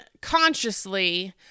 consciously